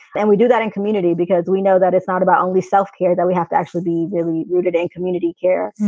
and we do that in community because we know that it's not about only self care, that we have to actually be really rooted in community care.